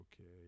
okay